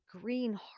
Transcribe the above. green